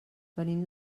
venim